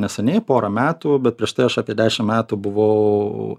neseniai porą metų bet prieš tai aš apie dešim metų buvau